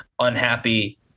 unhappy